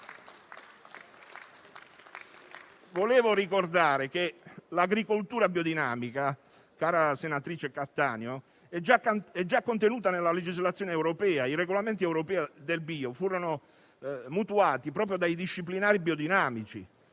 Vorrei ricordare che l'agricoltura biodinamica, senatrice Cattaneo, è già contenuta nella legislazione europea: i regolamenti europei sul bio furono mutuati proprio dai disciplinari biodinamici